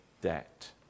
debt